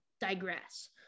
digress